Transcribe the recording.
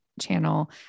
Channel